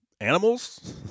animals